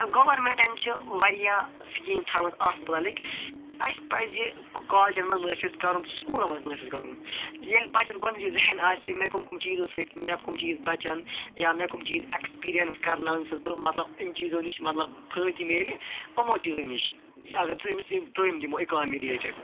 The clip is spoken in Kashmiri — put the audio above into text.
گووَرمٮ۪نٛٹَن چھِ واریاہ سکیٖم تھایمَژٕ اتھ مُتعلِق تہٕ اَسہِ پَزِ کالجَن مَنٛز نٲفِظ کَرُن سُکوٗلَن مَنٛز نٲفِظ کَرُن ییٚلہِ بَچَس گۄڈنٮ۪تھٕے ذہن آسہِ مےٚ کَم کَم چیٖزو سۭتۍ مےٚ کَم چیٖز بَچَن یا مےٚ کَم چیٖز ایٚکسپیٖریَنس کَرناو ییٚمہِ سۭتۍ بہٕ مَطلَب یِم چیٖزو نِش مَطلَب فٲیدٕ مِلہِ یِمو چیٖزو نِش اگر ژٕ أمس تٲلیٖم دِمو اِکانمی رِلیٹِڈ